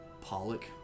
pollock